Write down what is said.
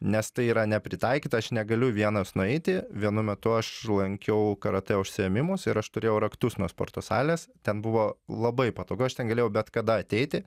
nes tai yra nepritaikyta aš negaliu vienas nueiti vienu metu aš lankiau karatė užsiėmimus ir aš turėjau raktus nuo sporto salės ten buvo labai patogu aš ten galėjau bet kada ateiti